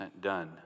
done